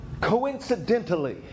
coincidentally